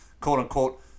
quote-unquote